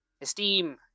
Esteem